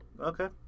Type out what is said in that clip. Okay